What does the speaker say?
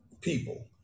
people